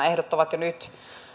ehdot ovat jo nyt